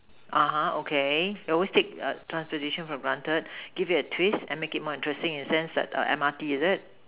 (uh huh) okay you always take transportation for granted give it a twist and make it more interesting in the sense like M_R_T is it